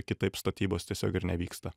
kitaip statybos tiesiog ir nevyksta